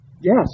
yes